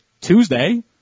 Tuesday